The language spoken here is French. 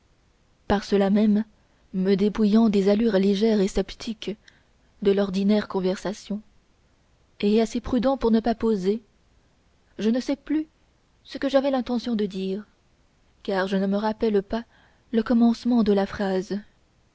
par cela même me dépouillant des allures légères et sceptiques de l'ordinaire conversation et assez prudent pour ne pas poser je ne sais plus ce que j'avais l'intention de dire car je ne me rappelle pas le commencement de la phrase